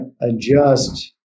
adjust